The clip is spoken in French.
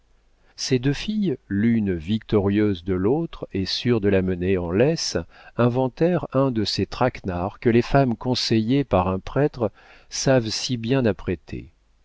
ces deux filles l'une victorieuse de l'autre et sûre de la mener en laisse inventèrent un de ces traquenards que les femmes conseillées par un prêtre savent si bien apprêter